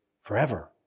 forever